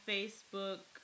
Facebook